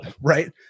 right